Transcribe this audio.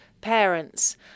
parents